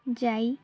ଯାଇ